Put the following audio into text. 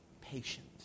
patient